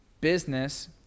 business